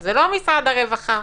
זה לא משרד הרווחה,